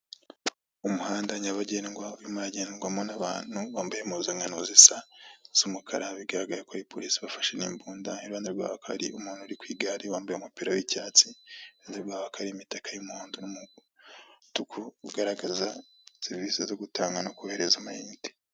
Umuhanda nyabagendwa, urimo uragendwamo n'abantu bambaye impuzankano zisa z'umukara, bigaragara ko ari polisi ibafashe n'imbunda, iruhande rwaho hakaba hari umuntu uri ku igare wambaye umupira w'icyatsi, inyuma yaho hakaba hari imitaka y'umuhondo n'umutuku, igaragaza serivisi zo gutanga no kohereza amayinite.